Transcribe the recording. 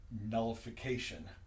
nullification